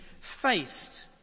faced